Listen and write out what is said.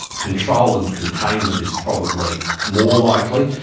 control and containment is probably more likely.